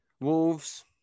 Wolves